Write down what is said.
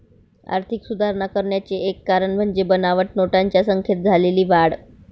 आर्थिक सुधारणा करण्याचे एक कारण म्हणजे बनावट नोटांच्या संख्येत झालेली वाढ